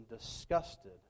disgusted